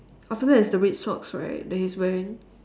after that is the red socks right that he is wearing